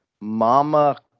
Mama